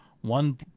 one